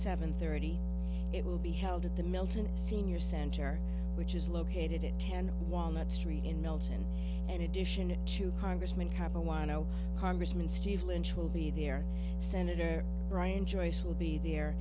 seven thirty it will be held at the milton senior center which is located at ten walnut street in milton in addition to congressman harper why no congressman steve lynch will be there senator bryan joyce will be there